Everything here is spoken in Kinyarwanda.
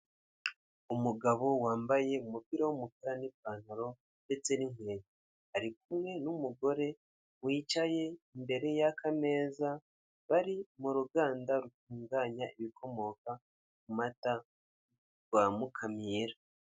Umugabo wambaye umupira wumukara nipantaro ndetse n'inkweto, arikumwe numugore wicaye imbere yakameza. Bari mu ruganda rutunganya ibikomoka ku mata rwa mukayira.